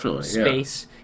space